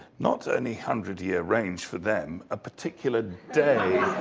not any hundred-year range for them, a particular day